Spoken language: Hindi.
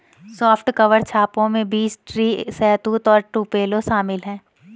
सॉफ्ट कवर छापों में बीच ट्री, शहतूत और टुपेलो शामिल है